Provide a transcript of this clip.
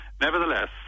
Nevertheless